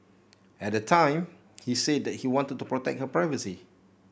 at the time he said that he wanted to protect her privacy